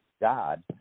God